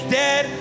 dead